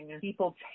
people